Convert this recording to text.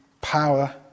power